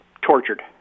tortured